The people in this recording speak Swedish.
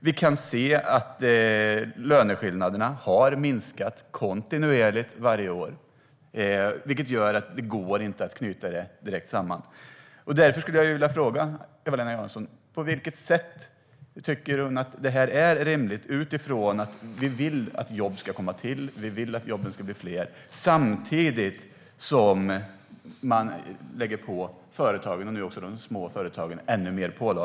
Vi kan se att löneskillnaderna har minskat kontinuerligt varje år, vilket gör att detta inte går att koppla samman direkt. Därför vill jag fråga Eva-Lena Jansson hur hon kan tycka att det är rimligt att lägga ännu fler pålagor på företagen, och nu även de små företagen, om vi samtidigt vill att jobben ska bli fler.